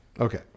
Okay